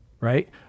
Right